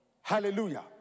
Hallelujah